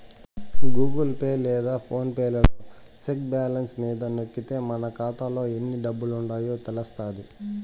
Google Pay లేదా PhonePe లలో check balance మీద నొక్కితే మన కాతాలో ఎన్ని డబ్బులుండాయో తెలస్తాది